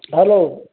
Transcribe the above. hello